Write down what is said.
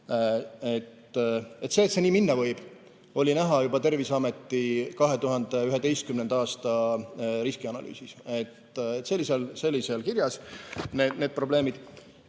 see, et nii minna võib, oli näha juba Terviseameti 2011. aasta riskianalüüsis. See oli seal kirjas, need probleemid.